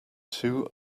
two